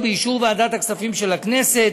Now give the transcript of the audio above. ובאישור ועדת הכספים של הכנסת,